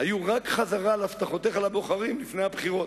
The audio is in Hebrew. היו רק חזרה על הבטחותיך לבוחרים לפני הבחירות.